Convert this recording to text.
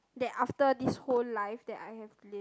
that after this whole life that I have lived